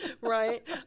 right